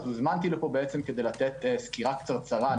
הוזמנתי לפה כדי לתת סקירה קצרצרה,